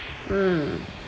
mm